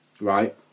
Right